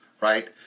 Right